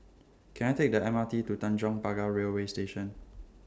Can I Take The M R T to Tanjong Pagar Railway Station